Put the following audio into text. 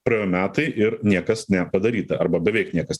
praėjo metai ir niekas nepadaryta arba beveik niekas